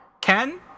Ken